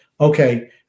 okay